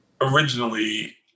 originally